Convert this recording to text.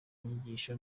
inyigisho